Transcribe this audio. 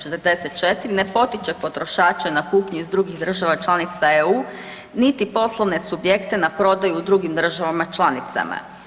44 ne potiče potrošače na kupnju iz drugih država članica EU niti poslovne subjekte na prodaju u drugim državama članicama.